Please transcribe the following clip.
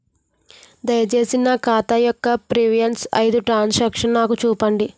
దయచేసి నా ఖాతా యొక్క ప్రీవియస్ ఐదు ట్రాన్ సాంక్షన్ నాకు చూపండి